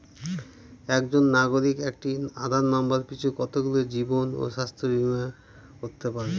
একজন নাগরিক একটি আধার নম্বর পিছু কতগুলি জীবন ও স্বাস্থ্য বীমা করতে পারে?